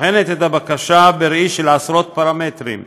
בוחנת את הבקשה בראי של עשרות פרמטרים.